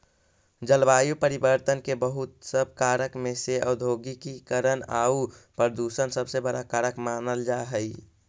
जलवायु परिवर्तन के बहुत सब कारक में से औद्योगिकीकरण आउ प्रदूषण सबसे बड़ा कारक मानल जा हई